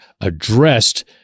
addressed